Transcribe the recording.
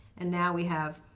and now we have,